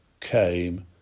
came